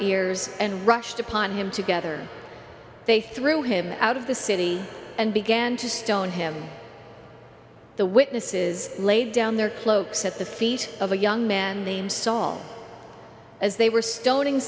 ears and rushed upon him together they threw him out of the city and began to stone him the witnesses laid down their cloaks at the feet of a young man named saul as they were stoning